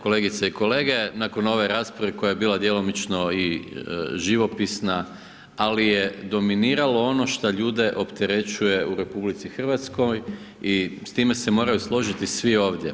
Kolegice i kolege, nakon ove rasprave koja je bila djelomično i živopisna ali je dominiralo ono šta ljude opterećuje u RH i s time se moraju složiti svi ovdje.